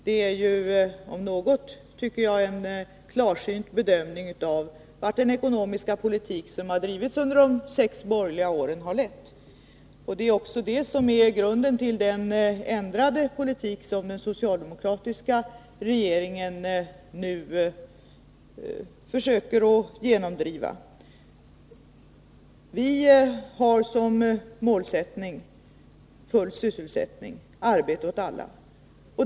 Det är om något en klarsynt bedömning av vart den ekonomiska politik som har bedrivits under de sex borgerliga åren har lett. Det är också det som är grunden till den ändrade politik som den socialdemokratiska regeringen nu försöker genomdriva. Vi har som målsättning full sysselsättning, arbete åt alla.